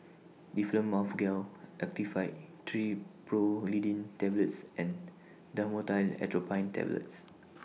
Difflam Mouth Gel Actifed Triprolidine Tablets and Dhamotil Atropine Tablets